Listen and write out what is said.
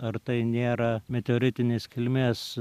ar tai nėra meteoritinės kilmės